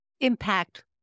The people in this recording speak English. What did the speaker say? impact